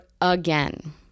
again